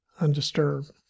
undisturbed